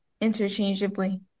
interchangeably